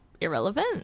Irrelevant